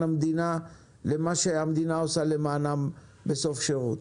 המדינה למה שהמדינה עושה למענם בסוף שירות.